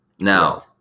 Now